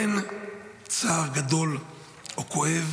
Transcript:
אין צער גדול או כואב